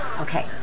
Okay